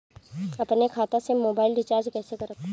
अपने खाता से मोबाइल रिचार्ज कैसे करब?